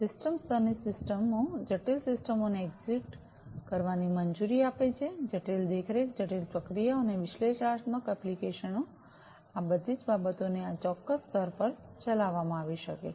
system સ્તરની સિસ્ટમો જટિલ સિસ્ટમોને એક્ઝિક્યુટ કરવાની મંજૂરી આપે છે જટિલ દેખરેખ જટિલ પ્રક્રિયાઓ અને વિશ્લેષણાત્મક એપ્લિકેશનો આ બધી બાબતોને આ ચોક્કસ સ્તર પર ચલાવવામાં આવી શકે છે